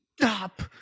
stop